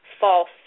false